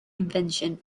invention